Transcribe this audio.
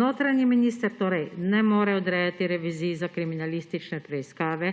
Notranji minister torej ne more odrejati revizij za kriminalistične preiskave,